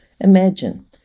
Imagine